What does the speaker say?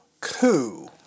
coup